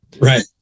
right